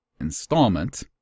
installment